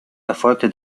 erfolgte